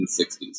1960s